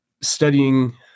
studying